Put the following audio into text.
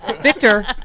Victor